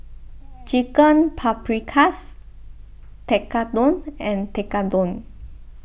Chicken Paprikas Tekkadon and Tekkadon